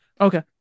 Okay